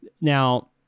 now